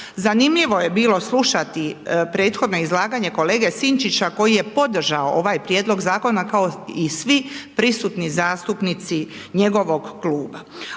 Zanimljivo je bilo slušati prethodno izlaganje kolege Sinčića koji je podržao ovaj prijedlog zakona kao i svi prisutni zastupnici njegovog kluba.